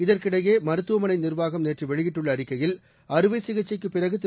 இதற்கிடையே மருத்துவமனை நிர்வாகம் நேற்று வெளியிட்டுள்ள அறிக்கையில் அறுவை சிகிச்சைக்குப் பிறகு திரு